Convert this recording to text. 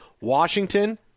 Washington